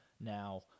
Now